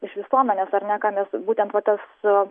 iš visuomenės ar ne ką mes būtent va tas